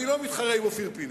אני לא מתחרה עם אופיר פינס,